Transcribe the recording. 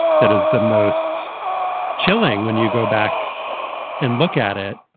that is the most chilling when you go back and look at it.